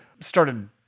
started